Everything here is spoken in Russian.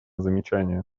замечание